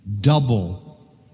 Double